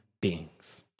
beings